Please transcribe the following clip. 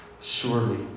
Surely